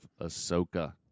ahsoka